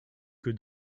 que